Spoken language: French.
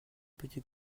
petits